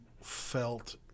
felt –